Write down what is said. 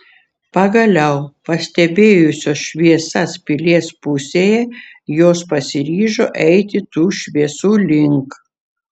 pagaliau pastebėjusios šviesas pilies pusėje jos pasiryžo eiti tų šviesų link